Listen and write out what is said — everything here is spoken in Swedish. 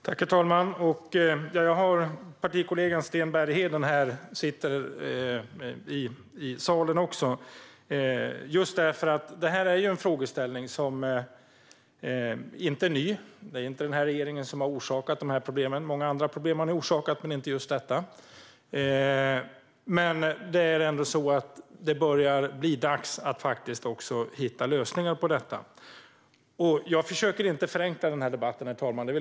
Herr talman! Min partikollega Sten Bergheden sitter också i salen. Frågan är inte ny. Det är inte den här regeringen som har orsakat dessa problem. Många andra problem har ni orsakat, men inte just detta. Men det börjar bli dags att ta fram lösningar. Jag är tydlig med att jag inte försöker förenkla debatten, herr talman.